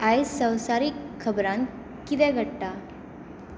आयज संवसारीक खबरांत कितें घडटा